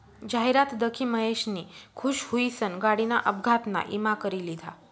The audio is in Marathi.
जाहिरात दखी महेशनी खुश हुईसन गाडीना अपघातना ईमा करी लिधा